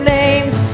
names